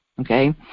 okay